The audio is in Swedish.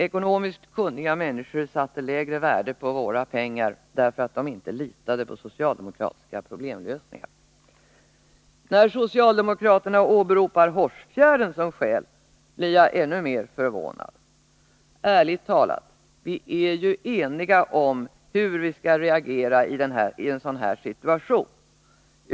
Ekonomiskt kunniga människor satte lägre värde på våra pengar, därför att de inte litade på socialdemokratiska problemlösningar. När socialdemokraterna åberopar Hårsfjärden som skäl blir jag ännu mer förvånad. Ärligt talat: Vi är ju eniga om hur vi skall reagera i en sådan här situation.